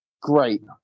great